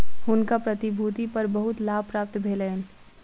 हुनका प्रतिभूति पर बहुत लाभ प्राप्त भेलैन